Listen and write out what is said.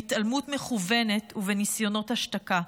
בהתעלמות מכוונת ובניסיונות השתקה,